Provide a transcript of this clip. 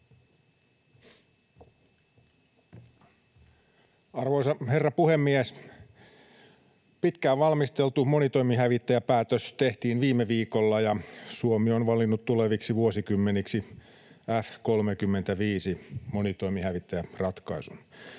Arvoisa herra puhemies! Pitkään valmisteltu monitoimihävittäjäpäätös tehtiin viime viikolla ja Suomi on valinnut tuleviksi vuosikymmeniksi F-35‑monitoimihävittäjäratkaisun.